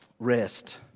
Rest